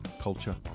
culture